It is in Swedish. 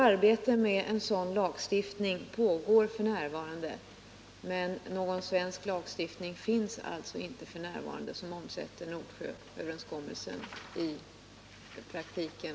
Arbete med en sådan lagstiftning pågår f. n., men det finns alltså inte nu någon svensk lagstiftning som i praktiken ger kraft åt Nordsjööverenskommelsen.